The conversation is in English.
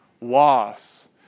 loss